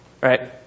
right